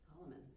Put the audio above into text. Solomon